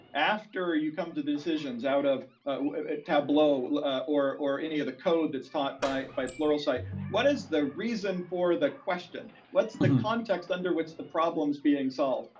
after you come to the decisions out of tableau or or any of the code that's taught by by pluralsight, what is the reason for the question? what's the context under which the problem's being solved?